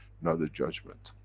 not a judgment.